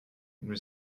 nous